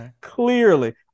clearly